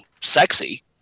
sexy